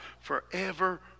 forever